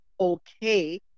okay